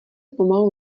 pomalu